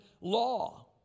law